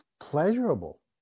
pleasurable